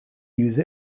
use